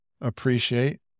appreciate